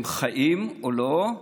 הם חיים או לא.